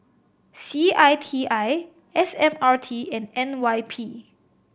C I T I S M R T and N Y P